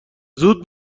زود